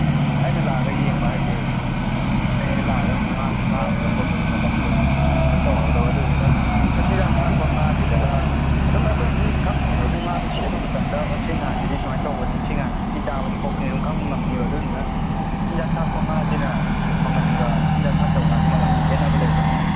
ꯑꯩꯅ ꯂꯥꯛꯑꯒ ꯌꯦꯡ ꯍꯥꯏꯁꯦ ꯑꯩ ꯑꯃꯨꯛ ꯂꯥꯛꯑꯒ ꯉꯥꯗꯨ ꯐꯥꯕꯗꯣ ꯈꯣꯠꯄꯗꯣ ꯃꯇꯝꯗꯣ ꯀꯩꯅꯣ ꯇꯧꯔꯗꯣꯕ ꯑꯗꯨꯗꯨꯅ ꯃꯆꯤꯟꯖꯥꯛ ꯊꯥꯛꯄ ꯉꯥꯁꯤꯗꯅ ꯑꯗꯨꯝ ꯑꯩꯈꯣꯏ ꯑꯗꯨꯝ ꯈꯪꯅꯤꯕ ꯁꯤ ꯉꯥꯗꯣ ꯁꯦꯝꯕ ꯃꯇꯝꯗ ꯁꯤ ꯉꯥꯁꯤꯗꯤ ꯁꯨꯃꯥꯏꯅ ꯇꯧꯕꯅꯤ ꯁꯤ ꯉꯥꯁꯤꯗꯤ ꯁꯤ ꯆꯥꯕꯅꯤ ꯈꯣꯠꯄꯅꯤ ꯑꯗꯨꯝ ꯈꯪꯕ ꯉꯝꯅꯤꯕ ꯑꯗꯨꯗꯨꯅ ꯃꯆꯤꯟꯖꯥꯛ ꯊꯥꯛꯄ ꯉꯥꯁꯤꯅ ꯃꯃꯟꯒ ꯃꯆꯤꯟꯖꯥꯛ ꯊꯥꯛꯇꯕ ꯉꯥꯁꯤ ꯃꯃꯟꯁꯤ ꯈꯦꯠꯅꯕ ꯂꯩꯕ꯭ꯔꯣ